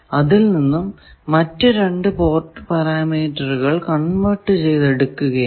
അതിൽ നിന്നും മറ്റു 2 പോർട്ട് പരാമീറ്ററുകൾ കൺവെർട് ചെയ്തു എടുക്കുകയാണ്